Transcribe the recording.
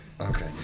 okay